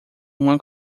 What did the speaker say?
uma